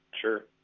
Sure